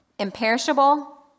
imperishable